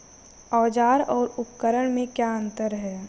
औज़ार और उपकरण में क्या अंतर है?